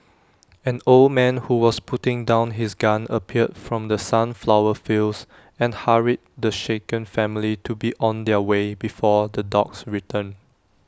an old man who was putting down his gun appeared from the sunflower fields and hurried the shaken family to be on their way before the dogs return